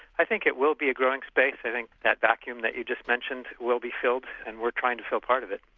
i think it will be a growing space. i think that vacuum that you just mentioned, will be filled, and we're trying to fill part of it.